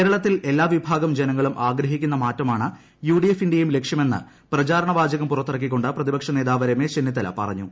കേരളത്തിൽ എല്ലാ വിഭാഗം ജനിങ്ങളും ആഗ്രഹിക്കുന്ന മാറ്റമാണ് യുഡിഎഫിന്റെയും ലക്ഷ്യിക്കുന്ന് പ്രചാരണ വാചകം പുറത്തിറക്കിക്കൊണ്ട് പ്രതിപക്ഷു നേത്താവ് രമേശ് ചെന്നിത്തല പറഞ്ഞു